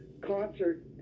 concert